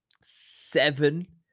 seven